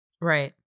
Right